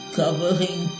covering